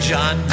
John